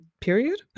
period